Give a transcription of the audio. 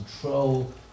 control